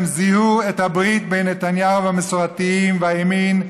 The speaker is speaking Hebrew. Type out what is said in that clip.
אלא בגלל שהם זיהו את הברית בין נתניהו והמסורתיים והימין,